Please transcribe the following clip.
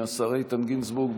השר איתן גינזבורג,